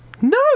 No